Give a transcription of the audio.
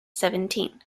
seventeen